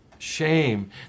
shame